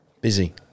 busy